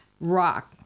rock